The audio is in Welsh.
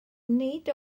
nid